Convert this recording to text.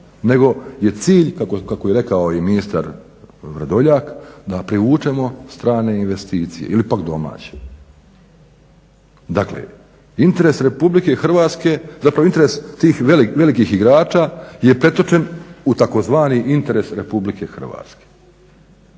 nego je cilj kako je rekao i ministar Vrdoljak da privučemo strane investicije ili pak domaće. Dakle, interes Republike Hrvatske, zapravo interes tih velikih igrača je pretočen u tzv. interes Republike Hrvatske.